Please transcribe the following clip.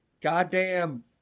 goddamn